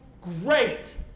Great